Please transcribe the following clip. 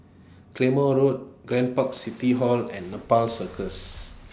Claymore Road Grand Park City Hall and Nepal Circus